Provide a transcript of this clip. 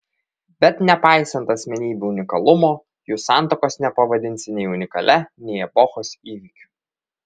bet nepaisant asmenybių unikalumo jų santuokos nepavadinsi nei unikalia nei epochos įvykiu